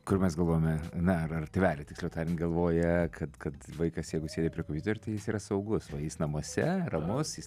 kur mes galvojame na ar ar tėveliai tiksliau tariant galvoja kad kad vaikas jeigu sėdi prie kompiuterio tai jis yra saugus va jis namuose ramus jis